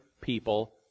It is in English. people